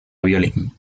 violín